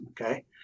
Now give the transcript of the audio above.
Okay